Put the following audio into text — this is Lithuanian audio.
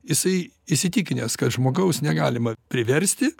jisai įsitikinęs kad žmogaus negalima priversti